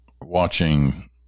watching